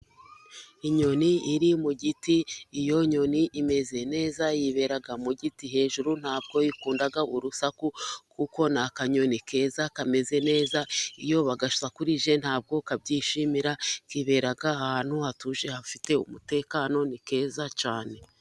Inyoni iri mu giti iyo nyoni imeze neza yibera mu giti hejuru ntabwo ikunda urusaku. Kuko n'akanyoni keza kameze nezalq iyo ugasakurije ntabwo kabyishimira, kibera ahantu hatuje hafite umutekano ni keza cyane.